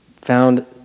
found